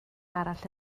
arall